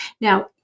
Now